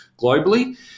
globally